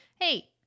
Hey